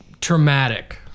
Traumatic